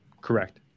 correct